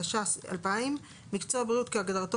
התש"ס-2000; "מקצוע בריאות" כהגדרתו